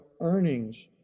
earnings